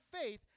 faith